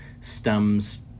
stems